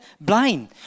blind